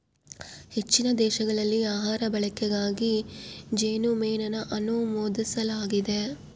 ಹೆಚ್ಚಿನ ದೇಶಗಳಲ್ಲಿ ಆಹಾರ ಬಳಕೆಗೆ ಜೇನುಮೇಣನ ಅನುಮೋದಿಸಲಾಗಿದೆ